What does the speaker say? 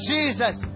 Jesus